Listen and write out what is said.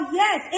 yes